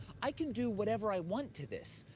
i can do whatever i want to this.